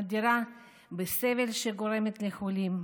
נדירה בסבל שהיא גורמת לחולים,